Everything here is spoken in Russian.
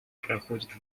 проходят